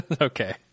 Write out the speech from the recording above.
Okay